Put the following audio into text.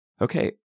Okay